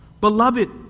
Beloved